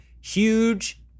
Huge